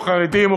או חרדים,